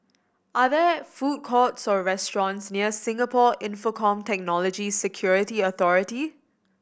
are there food courts or restaurants near Singapore Infocomm Technology Security Authority